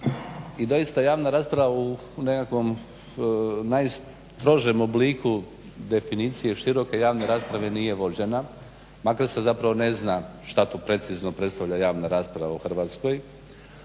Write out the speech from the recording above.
I doista javna rasprava u nekakvom najstrožem obliku definicije široke javne rasprave nije vođena makar se zapravo ne zna šta tu precizno predstavlja javna rasprava u Hrvatskoj.